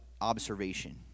observation